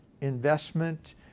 investment